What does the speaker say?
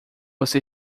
você